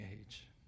age